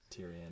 Tyrion